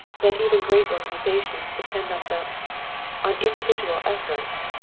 that even great organizations depend on the on individual efforts.